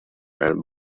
and